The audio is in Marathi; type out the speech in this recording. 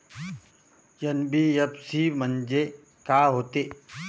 एन.बी.एफ.सी म्हणजे का होते?